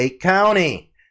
County